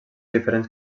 diferents